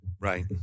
right